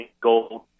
gold